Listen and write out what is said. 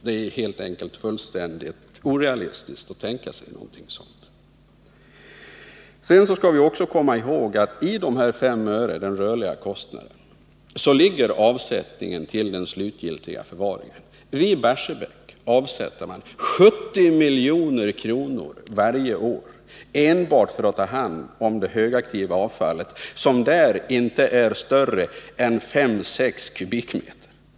Det är helt enkelt fullständigt orealistiskt att tänka sig någonting sådant. Sedan skall vi också komma ihåg att i 5 öre, dvs. den rörliga kostnaden, ligger avsättningen till den slutgiltiga förvaringen. I Barsebäck avsätter man 70 milj.kr. varje år enbart för att ta hand om det högaktiva avfallet, som där inte är större än 5-6 m?.